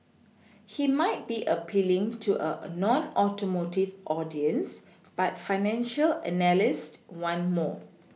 he might be appealing to a nonAutomotive audience but financial analysts want more